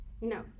No